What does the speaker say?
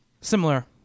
Similar